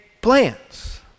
plans